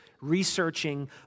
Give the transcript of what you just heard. researching